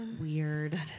weird